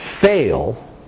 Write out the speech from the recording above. fail